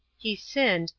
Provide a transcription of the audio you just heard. he sinned,